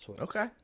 Okay